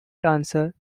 dancer